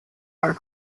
are